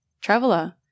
traveler